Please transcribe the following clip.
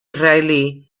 israelí